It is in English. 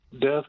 death